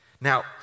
Now